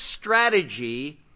strategy